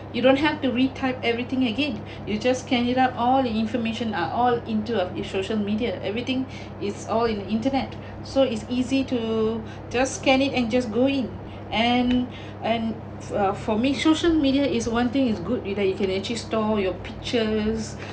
you don't have to re-type everything again you just scan it up all the information uh all into a social media everything it's all in the internet so it's easy to just scan it and just go in and and uh for me social media is one thing is good is that you can actually store your pictures